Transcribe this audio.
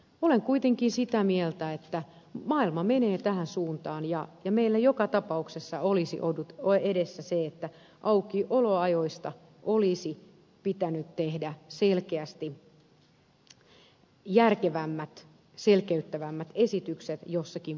olen kuitenkin sitä mieltä että maailma menee tähän suuntaan ja meillä joka tapauksessa olisi ollut edessä se että aukioloajoista olisi pitänyt tehdä selkeästi järkevämmät selkeyttävämmät esitykset jossakin vaiheessa